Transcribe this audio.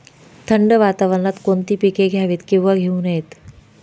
थंड वातावरणात कोणती पिके घ्यावीत? किंवा घेऊ नयेत?